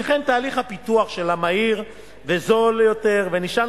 שכן תהליך הפיתוח שלה מהיר וזול יותר ונשען